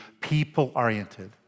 people-oriented